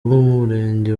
bw’umurenge